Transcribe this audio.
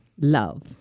love